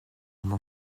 m’en